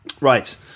Right